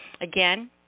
Again